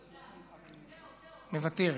מוותרת,